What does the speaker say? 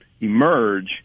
emerge